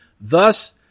thus